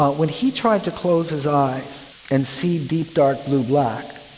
but when he tried to close his eyes and see deep, dark, blue-black,